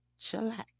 chillax